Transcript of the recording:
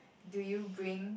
do you bring